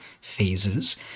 phases